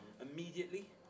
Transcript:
Immediately